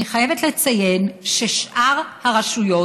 אני חייבת לציין ששאר הרשויות,